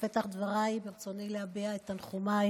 בפתח דבריי ברצוני להביע את תנחומיי